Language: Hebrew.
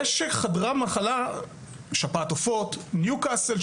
זה שחדרה מחלה כמו שפעת עופות וניוקאסל,